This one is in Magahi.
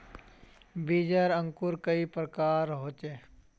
बीज आर अंकूर कई प्रकार होचे?